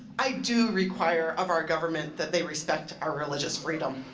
i do require of our government that they respect our religious freedom.